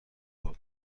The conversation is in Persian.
برد